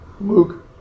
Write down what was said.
Luke